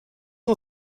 not